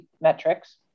metrics